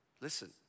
Listen